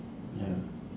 ya